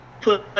put